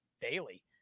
daily